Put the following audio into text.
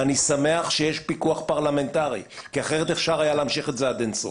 אני שמח שיש פיקוח פרלמנטרי כי אחרת היה אפשר להמשיך את זה עד אין סוף.